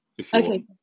okay